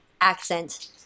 accent